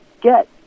get